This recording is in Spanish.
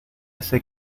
ese